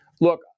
look